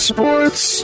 Sports